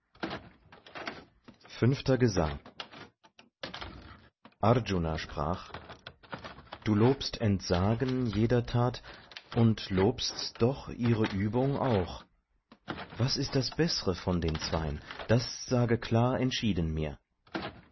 fünfter gesang arjuna sprach du lobst entsagen jeder tat und lobst doch ihre übung auch was ist das bess're von den zwei'n das sage klar entschieden mir